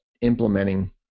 implementing